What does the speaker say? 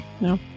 No